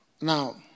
Now